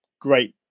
great